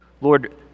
Lord